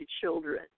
children